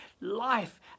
life